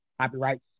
copyrights